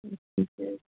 ठीके छै